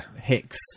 Hicks